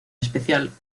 especial